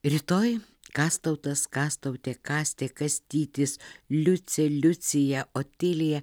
rytoj kastautas kastautė kastė kastytis liucė liucija otilija